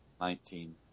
nineteen